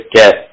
get